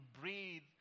breathe